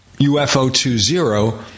UFO20